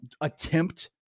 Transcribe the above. attempt